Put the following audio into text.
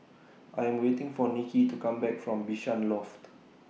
I Am waiting For Nicky to Come Back from Bishan Loft